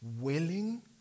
willing